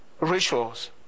rituals